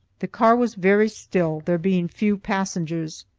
the car was very still, there being few passengers,